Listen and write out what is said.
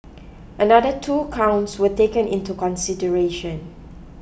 another two counts were taken into consideration